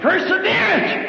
Perseverance